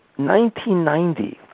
1990